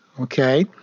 Okay